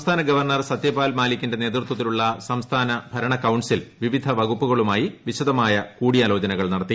സംസ്ഥാന ഗവർണ്ണർ സത്യപ്പാൽ മാലിക്കിന്റെ നേതൃത്വത്തിലുള്ള സംസ്ഥാന ഭരണകൌൺസിൽ വിവിധ ് വകുപ്പുകളുമായി വിശദമായ കൂടിയാലോചന നടത്തി